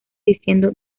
diciendo